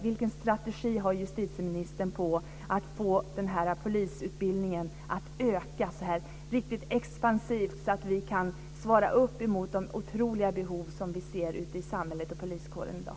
Vilken strategi har han för att få polisutbildningen att öka riktigt expansivt så att vi kan motsvara de otroliga behov vi ser ute i samhället och poliskåren i dag?